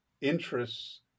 interests